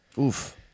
oof